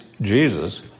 Jesus